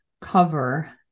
cover